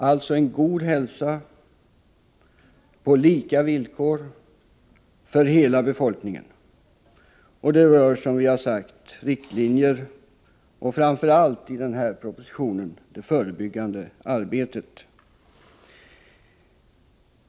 Det rör vidare, som har sagts, riktlinjer och — framför allt i den här propositionen — det förebyggande arbetet.